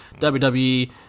WWE